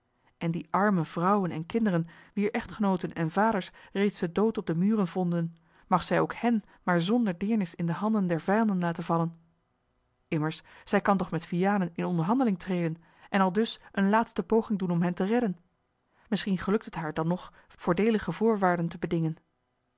en die arme vrouwen en kinderen wier echtgenooten en vaders reeds den dood op de muren vonden mag zij ook hen maar zonder deernis in de handen der vijanden laten vallen immers zij kan toch met vianen in onderhandeling treden en aldus eene laatste poging doen om hen te redden misschien gelukt het haar dan nog voordeelige voorwaarden te bedingen